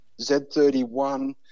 Z31